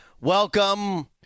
Welcome